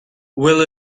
will